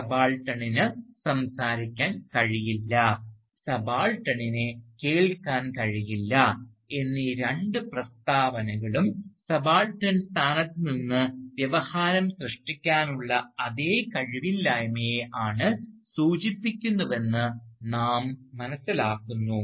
"സബാൾട്ടണിന് സംസാരിക്കാൻ കഴിയില്ല" "സബാൾട്ടണിനെ കേൾക്കാൻ കഴിയില്ല" എന്നീ രണ്ട് പ്രസ്താവനകളും സബാൾട്ടൻ സ്ഥാനത്ത് നിന്ന് വ്യവഹാരം സൃഷ്ടിക്കാനുള്ള അതേ കഴിവില്ലായ്മയെ ആണ് സൂചിപ്പിക്കുന്നുവെന്ന് നാം മനസ്സിലാക്കുന്നു